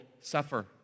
suffer